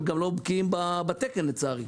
הם גם לא בקיאים בתקן לצערי.